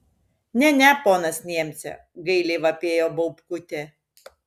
ne ne ponas niemce gailiai vapėjo baubkutė